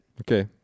Okay